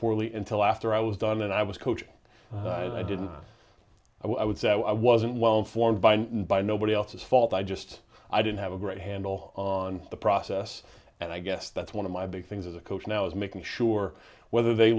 poorly in till after i was done and i was coaching i didn't i would say i wasn't well informed by and by nobody else's fault i just i didn't have a great handle on the process and i guess that's one of my big things as a coach now is making sure whether they